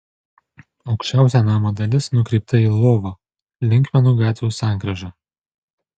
aukščiausia namo dalis nukreipta į lvovo linkmenų gatvių sankryžą